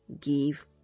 give